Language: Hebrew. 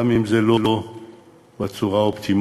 גם אם זה לא בצורה האופטימלית.